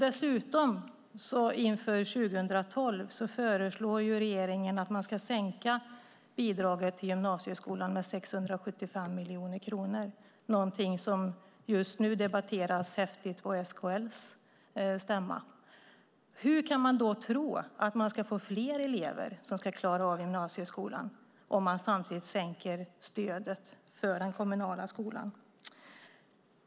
Dessutom föreslår regeringen inför 2012 att bidraget till gymnasieskolan ska sänkas med 675 miljoner kronor, något som just nu debatteras häftigt på SKL:s stämma. Hur kan man tro att man ska få fler elever som ska klara av gymnasieskolan om man samtidigt sänker stödet till den kommunala skolan?